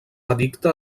addicte